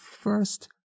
first